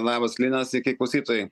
labas lina sveiki klausytojai